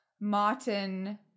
Martin